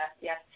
yes